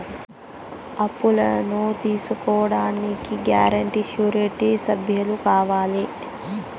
అప్పును తీసుకోడానికి guarantee, surety సభ్యులు కావాలా?